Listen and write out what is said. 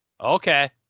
Okay